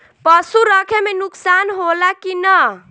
पशु रखे मे नुकसान होला कि न?